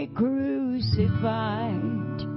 crucified